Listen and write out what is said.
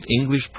English